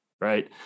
right